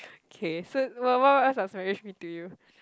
okay so what what does marriage mean to you